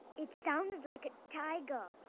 it sounded like a tiger.